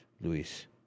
Luis